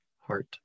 heart